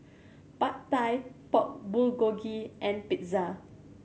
Pad Thai Pork Bulgogi and Pizza